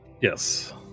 Yes